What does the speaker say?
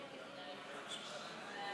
תודה,